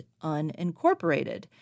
unincorporated